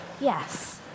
Yes